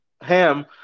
Ham